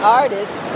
artists